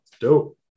Dope